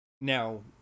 Now